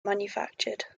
manufactured